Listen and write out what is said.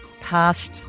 past